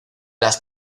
las